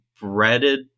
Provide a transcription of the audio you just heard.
breaded